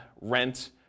rent